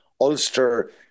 Ulster